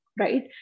Right